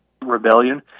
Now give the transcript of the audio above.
rebellion